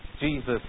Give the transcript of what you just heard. Jesus